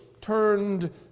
turned